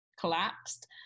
collapsed